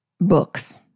books